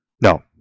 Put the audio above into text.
No